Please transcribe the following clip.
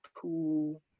two